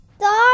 Dog